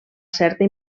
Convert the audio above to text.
certa